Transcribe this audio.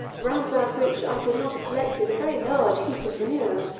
round about which i could not have collected a very large heap of manure.